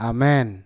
Amen